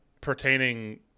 pertaining